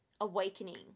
awakening